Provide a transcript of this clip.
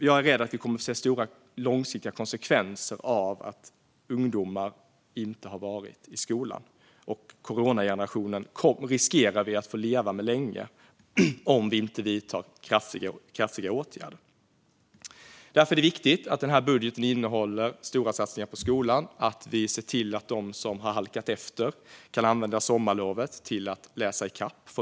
Jag är rädd att vi kommer att få se stora långsiktiga konsekvenser av att ungdomar inte har varit i skolan, och coronagenerationen riskerar vi att få leva med länge om vi inte vidtar kraftiga åtgärder. Därför är det viktigt att den här budgeten innehåller stora satsningar på skolan. Det är viktigt att vi ser till att de som har halkat efter får möjlighet att använda sommarlovet till att läsa ikapp.